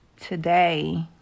today